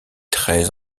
très